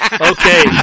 Okay